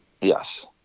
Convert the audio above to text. Yes